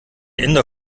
inder